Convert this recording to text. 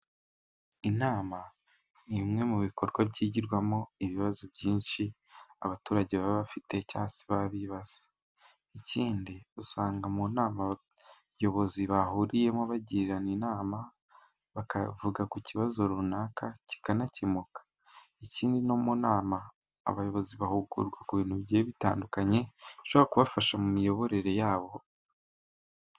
Inama ni imwe mu bikorwa byigirwamo ibibazo byinshi abaturage baba bafite cyangwa baba bibaza. Ikindi usanga mu nama abayobozi bahuriyemo bagirana inama bakavuga ku kibazo runaka kikanakemuka, ikindi no mu nama abayobozi bahugurwa ku bintu bitandukanye ishobora kubafasha mu miyoborere yabo.